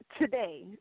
today